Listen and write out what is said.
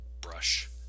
brush